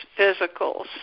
physicals